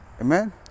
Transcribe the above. Amen